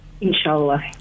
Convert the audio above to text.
Inshallah